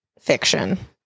Fiction